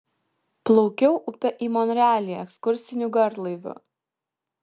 plaukiau upe į monrealį ekskursiniu garlaiviu